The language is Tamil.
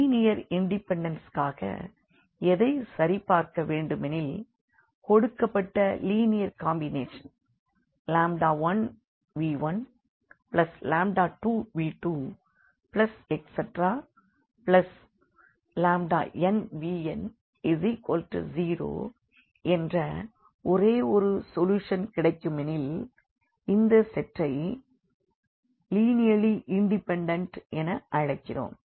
லீனியர் இண்டிபெண்டன்ஸ் க்காக எதை சரிபார்க்க வேண்டுமெனில் கொடுக்கப்பட்ட லீனியர் காம்பினேஷன் 1v12v2nvn0 என்ற ஒரே ஒரு சொல்யூஷன் கிடைக்குமெனில் இந்த செட்டை லீனியர்லி இண்டிபெண்டன்ட் என அழைக்கிறோம்